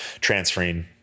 transferring